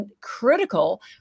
critical